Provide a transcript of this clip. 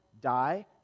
die